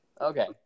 Okay